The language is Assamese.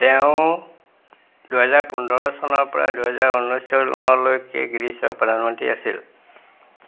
তেওঁ দুহেজাৰ পোন্ধৰ চনৰপৰা দুহেজাৰ ঊনৈছ চনলৈকে গ্ৰীচৰ প্ৰধানমন্ত্ৰী আছিল